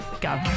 go